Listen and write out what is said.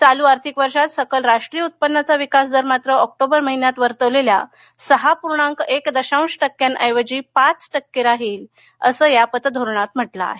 चालू आर्थिक वर्षात सकल राष्ट्रीय उत्पन्नाचा विकास दर मात्र ऑक्टोबर महिन्यात वर्तवलेल्या सहा पूर्णाक एक दशांश टक्क्यांऐवजी पाच टक्के राहील असं या पतधोरणात म्हटलं आहे